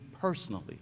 personally